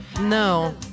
No